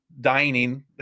dining